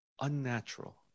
unnatural